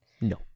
No